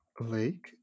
Lake